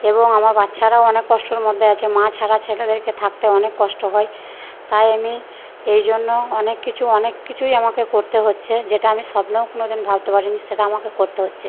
এবং আমার বাচ্চারাও অনেক কষ্টর মধ্যে আছে মা ছাড়া ছেলেদেরকে থাকতে অনেক কষ্ট হয় তাই আমি এই জন্য অনেক কিছু অনেক কিছুই আমাকে করতে হচ্ছে যেটা আমি স্বপ্নেও কোনোদিন ভাবতে পারিনি সেটা আমাকে করতে হচ্ছে